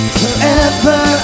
forever